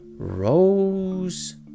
rose